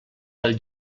del